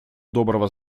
доброго